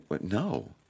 no